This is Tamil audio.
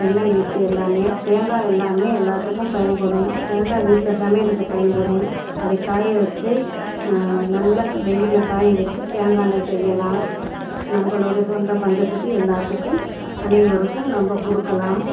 தென்னங்கீற்று எல்லாமே தேங்காய் எல்லாமே எல்லாத்துக்கும் பயன்படும் தேங்காயை வீட்டில் சமையல் பயன்படும் அது காய வச்சு நல்லா வெயிலில் காய வச்சு தேங்காய் எண்ணெய் செய்யலாம் நம்பளுடைய சொந்த பந்தத்துக்கு எல்லாத்துக்கும் அனைவருக்கும் நம்ப கொடுக்கலாம்